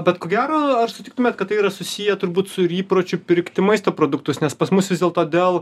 bet ko gero ar sutiktumėt kad tai yra susiję turbūt su ir įpročiu pirkti maisto produktus nes pas mus vis dėlto dėl